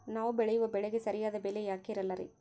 ನಾವು ಬೆಳೆಯುವ ಬೆಳೆಗೆ ಸರಿಯಾದ ಬೆಲೆ ಯಾಕೆ ಇರಲ್ಲಾರಿ?